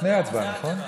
לפני ההצבעה, נכון?